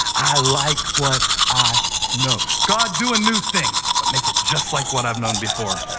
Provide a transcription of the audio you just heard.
i like what i know. god, do a new thing, but make it just like what i've known before.